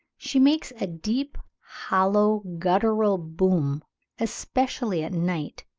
she makes a deep hollow guttural boom especially at night,